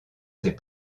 ses